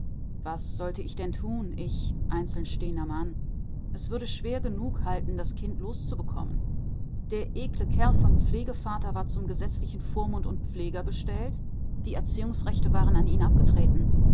was sollte ich denn tun ich einzelnstehender mann es würde schwer genug halten das kind loszubekommen der ekle kerl von pflegevater war zum gesetzlichen vormund und pfleger bestellt die erziehungsrechte waren an ihn abgetreten